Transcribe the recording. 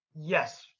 Yes